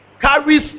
carries